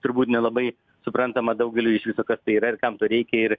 turbūt nelabai suprantama daugeliui iš viso kas tai yra ir kam to reikia ir